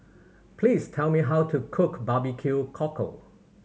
please tell me how to cook barbecue cockle